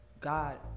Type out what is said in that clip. God